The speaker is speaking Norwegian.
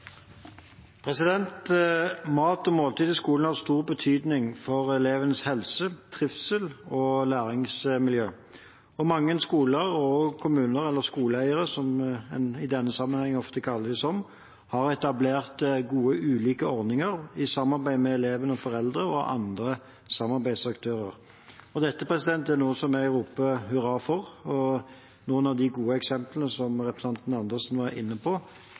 Mat og måltid i skolen er av stor betydning for elevenes helse, trivsel og læringsmiljø. Mange skoler, kommuner, eller skoleeiere, som man i denne sammenheng ofte omtaler dem som, har etablert gode, ulike ordninger i samarbeid med elever, foreldre og andre samarbeidsaktører. Dette er noe som jeg roper hurra for. Noen av de gode eksemplene som representanten Karin Andersen var inne på,